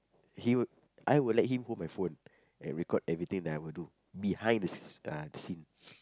he will I will let him hold my phone and record everything that I will do behind the sce~ uh the scenes